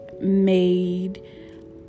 made